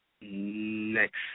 Next